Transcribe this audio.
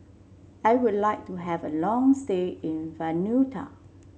I would like to have a long stay in Vanuatu